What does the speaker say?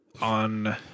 on